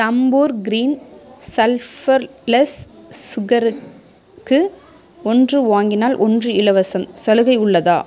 தம்பூர் green sulphurless சுகருக்கு ஒன்று வாங்கினால் ஒன்று இலவசம் சலுகை உள்ளதா